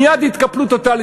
מייד התקפלות טוטלית,